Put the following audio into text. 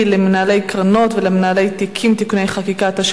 למנהלי קרנות למנהלי תיקים (תיקוני חקיקה),